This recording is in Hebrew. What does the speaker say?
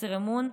בחוסר אמון,